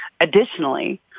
Additionally